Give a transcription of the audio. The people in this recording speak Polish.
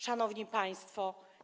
Szanowni Państwo!